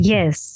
Yes